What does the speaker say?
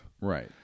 Right